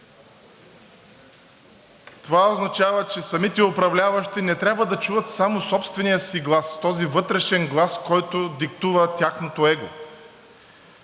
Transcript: Това означава, че самите управляващи не трябва да чуват само собствения си глас – този вътрешен глас, който диктува тяхното его,